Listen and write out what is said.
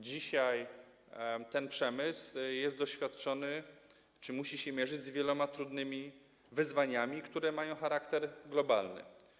Dzisiaj ten przemysł jest doświadczony, musi się mierzyć z wieloma trudnymi wyzwaniami, które mają charakter globalny.